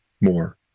more